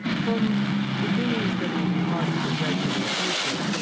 from beginnings that will be hard to project into the future,